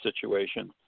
situation